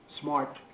smart